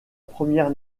première